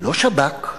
לא שב"כ,